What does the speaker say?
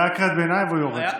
כן, כן, אני מוסיף לך.